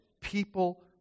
people